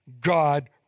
God